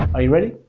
are you ready?